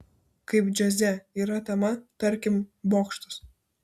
kaip džiaze yra tema tarkim bokštas